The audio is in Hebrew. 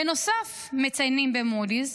בנוסף, מציינים במודי'ס,